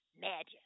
Magic